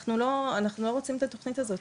אנחנו לא רוצים את התוכנית הזאת,